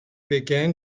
began